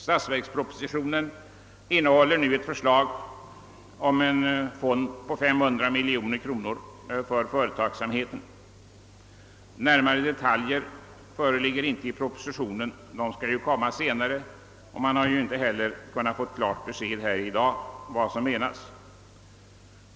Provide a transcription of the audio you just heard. Statsverkspropositionen innehåller nu ett förslag om en fond på 500 miljoner kronor för företagsamheten. Närmare detaljer föreligger inte i propositionen. De skall komma senare men man har inte heller i dag fått klara besked.